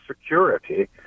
security